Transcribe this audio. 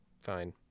fine